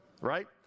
right